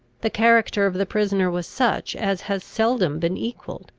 the character of the prisoner was such as has seldom been equalled.